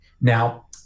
Now